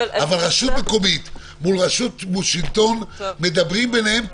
אבל רשות מקומית מול שלטון מדברים ביניהם קודם,